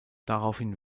daraufhin